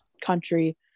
country